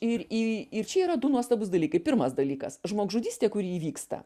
ir į ir čia yra du nuostabūs dalykai pirmas dalykas žmogžudystė kuri įvyksta